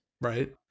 Right